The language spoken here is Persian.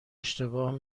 اشتباه